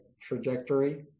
trajectory